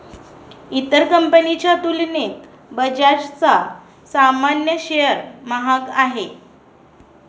इतर कंपनीच्या तुलनेत बजाजचा सामान्य शेअर महाग आहे